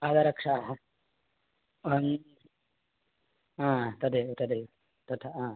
पादरक्षाः तदेव तदेव तथा